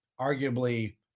arguably